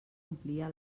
omplia